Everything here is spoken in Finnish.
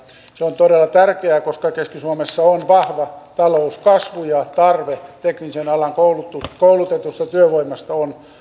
se on todella tärkeää koska keski suomessa on vahva talouskasvu ja tarve teknisen alan koulutetusta työvoimasta on